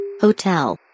Hotel